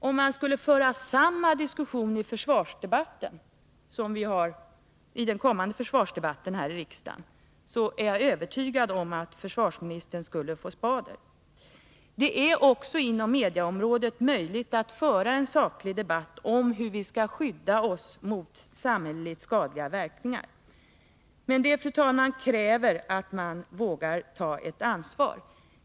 Om man skulle föra samma diskussion i den kommande försvarsdebatten i riksdagen, är jag övertygad om att försvarsministern skulle ”få spader”. Det är också inom medieområdet möjligt att föra en saklig debatt om hur vi skall skydda oss mot samhälleligt skadliga verkningar. Men det kräver, fru talman, att man vågar ta ett ansvar.